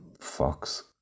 Fox